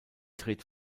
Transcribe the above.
dreht